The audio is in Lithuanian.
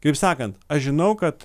kaip sakant aš žinau kad